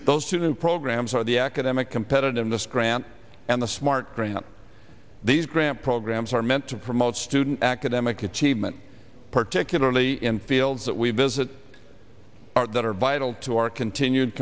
those two programs are the academic competitiveness grant and the smart grant these grant programs are meant to promote student academic achievement particularly in fields that we've visited that are vital to our continued